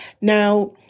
Now